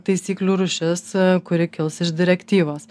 taisyklių rūšis kuri kils iš direktyvos